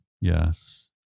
yes